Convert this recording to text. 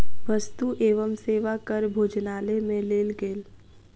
वस्तु एवं सेवा कर भोजनालय में लेल गेल